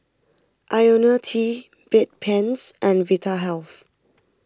Ionil T Bedpans and Vitahealth